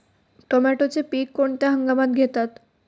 टोमॅटोचे पीक कोणत्या हंगामात घेतात?